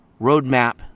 Roadmap